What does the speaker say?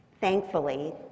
Thankfully